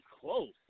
close